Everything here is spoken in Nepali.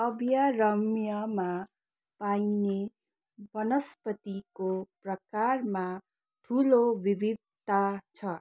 अभ्यारम्यमा पाइने बनस्पतिको प्रकारमा ठुलो बिभित्ता छ